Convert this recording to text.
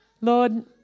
Lord